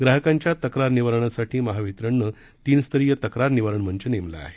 ग्राहकांच्या तक्रार निवारणासाठी महावितरणनं तीन स्तरीय तक्रार निवारण मंच नेमला आहे